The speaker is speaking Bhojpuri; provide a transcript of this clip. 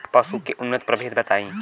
पशु के उन्नत प्रभेद बताई?